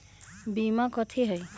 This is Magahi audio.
बीमा कथी है?